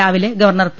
രാവിലെ governor P